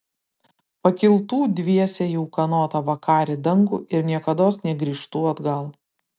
pakiltų dviese į ūkanotą vakarį dangų ir niekados negrįžtų atgal